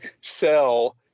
sell